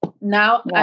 Now